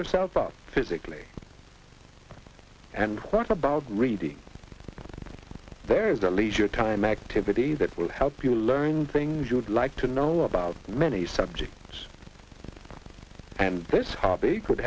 yourself up physically and what about reading there is a leisure time activities that will help you learn things you would like to know about many subjects and this hobby could